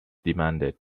demanded